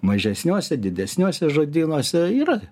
mažesniuose didesniuose žodynuose yra